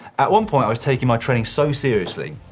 at one point i was taking my training so seriously,